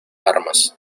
armas